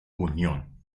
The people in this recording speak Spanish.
unión